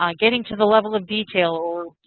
um getting to the level of detail or